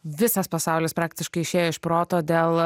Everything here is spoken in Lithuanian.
visas pasaulis praktiškai išėjo iš proto dėl